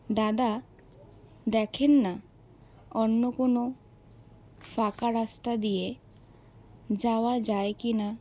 দাদা দেখেন না অন্য কোনো ফাঁকা রাস্তা দিয়ে যাওয়া যায় কি না